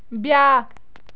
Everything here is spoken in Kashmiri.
بیٛاکھ